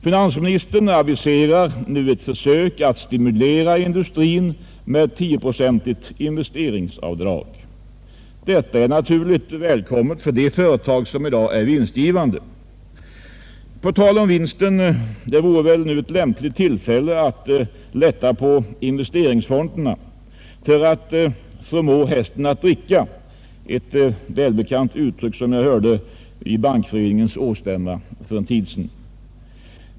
Finansministern aviserar nu ett försök att stimulera industrin med ett 10-procentigt investeringsavdrag. Detta är naturligtvis välkommet för de företag som i dag är vinstgivande. På tal om vinst vore det väl nu ett lämpligt tillfälle att göra det lättare att använda investeringsfonderna för att ”förmå hästen att dricka” — ett välbekant uttryck som jag hörde på Bankföreningens årsstämma för en tid sedan.